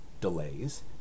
delays